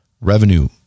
revenue-